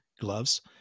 gloves